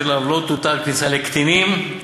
שאליו לא תותר הכניסה לקטינים מאיר?